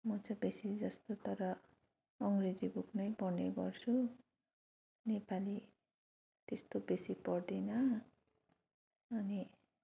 म चाहिँ बेसी जस्तो तर अङ्ग्रेजी बुक नै पढ्ने गर्छु नेपाली त्यस्तो बेसी पढ्दिनँ अनि